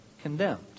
condemned